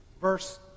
verse